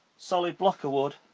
solid block of wood